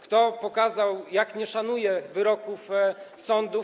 Kto pokazał, jak nie szanuje wyroków sądów?